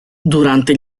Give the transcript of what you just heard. durante